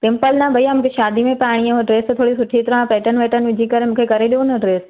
simple ना भैया मूंखे शादीअ में पायणी आहे उहा ड्रैस थोरी सुठी तरह पैटन वैटन विझी करे मूंखे करे ॾियो न ड्रैस